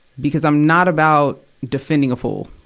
because i'm not about defending a fool.